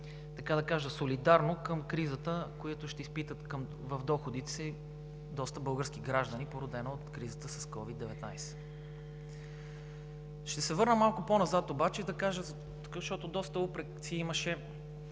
солидарно към кризата, която ще изпитат в доходите си доста български граждани, породено от кризата с COVID-19. Ще се върна малко по-назад обаче да кажа, защото доста упреци имаше